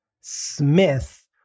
Smith